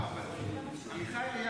אבל עמיחי אליהו,